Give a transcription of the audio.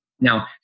Now